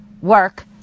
work